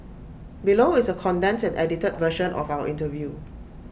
below is A condensed and edited version of our interview